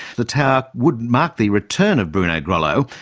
the tower would mark the return of bruno grollo,